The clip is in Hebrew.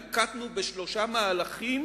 נקטנו שלושה מהלכים